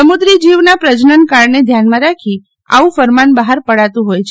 સમુક્રી જીવના પ્રજનનકાળને ધ્યાનમાં રાખી આવું ફરમાન બહાર પડાતું હોય છે